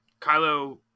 Kylo